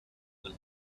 than